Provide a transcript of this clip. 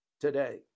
today